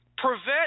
Prevent